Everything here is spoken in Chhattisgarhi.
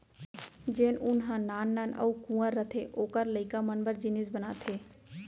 जेन ऊन ह नान नान अउ कुंवर रथे ओकर लइका मन बर जिनिस बनाथे